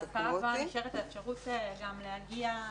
בהשכלה גבוהה נשארת האפשרות גם להגיע,